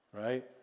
right